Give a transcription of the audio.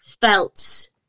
felt –